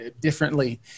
differently